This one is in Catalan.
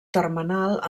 termenal